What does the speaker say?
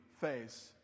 face